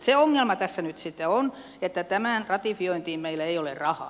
se ongelma tässä nyt sitten on että tämän ratifiointiin meillä ei ole rahaa